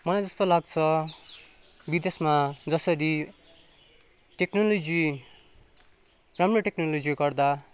मलाई यस्तो लाग्छ विदेशमा जसरी टेक्नोलोजी राम्रो टेक्नोलोजीले गर्दा